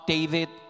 David